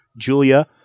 Julia